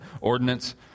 ordinance